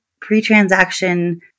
pre-transaction